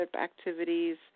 activities